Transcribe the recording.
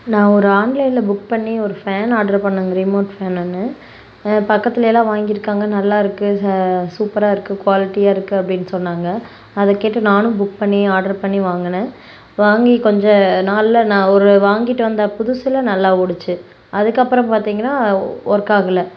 நான் ஒரு ஆன்லைனில் புக் பண்ணி ஒரு ஃபேன் ஆர்ட்ரு பண்ணங்க ரிமோட் ஃபேன் ஒன்று பக்கத்துலலாம் வாங்கிருக்காங்க நல்லா இருக்கு சா சூப்பராக இருக்கு குவாலிட்டியாக இருக்கு அப்படின் சொன்னாங்க அதை கேட்டு நானும் புக் பண்ணி ஆர்ட்ரு பண்ணி வாங்குனன் வாங்கி கொஞ்ச நாளில் நான் ஒரு வாங்கிட்டு வந்த புதுசில் நல்லா ஓடிச்சி அதுக்கப்புறம் பார்த்தீங்கன்னா ஒர்க் ஆகலை